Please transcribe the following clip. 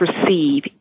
perceive